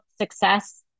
success